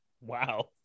Wow